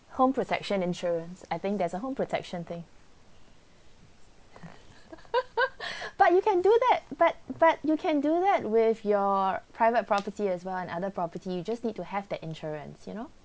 home protection insurance I think there's a home protection thing but you can do that but but you can do that with your private property as well and other property you just need to have that insurance you know